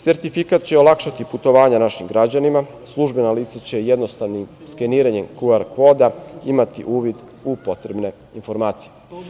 Sertifikat će olakšati putovanja našim građanima, službena lica će jednostavnim skeniranjem kuar-koda imati uvid u potrebne informacije.